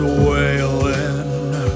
wailing